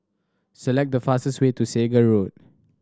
select the fastest way to Segar Road